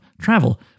travel